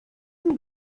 sie